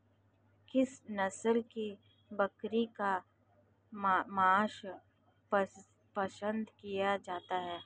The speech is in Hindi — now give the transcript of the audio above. किस नस्ल की बकरी का मांस पसंद किया जाता है?